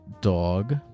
dog